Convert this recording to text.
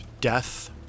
death